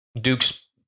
Duke's